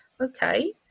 okay